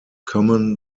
common